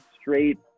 straight